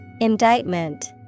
Indictment